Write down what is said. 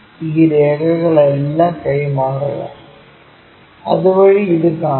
ഈ രേഖകളെല്ലാം കൈമാറുക അതുവഴി ഇത് കാണും